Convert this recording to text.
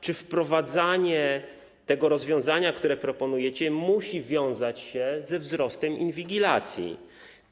Czy wprowadzanie tego rozwiązania, które proponujecie, musi wiązać się ze wzrostem inwigilacji?